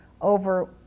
over